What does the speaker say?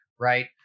right